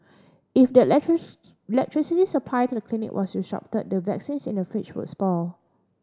if the electricity supply to the clinic was the vaccines in the fridge would spoil